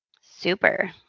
Super